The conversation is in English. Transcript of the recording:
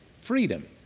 freedom